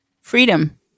Freedom